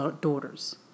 daughters